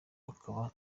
hakaba